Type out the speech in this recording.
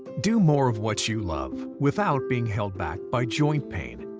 do more of what you love. without being held back by joint pain.